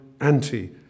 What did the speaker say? anti